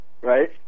Right